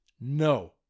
No